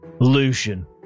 Lucian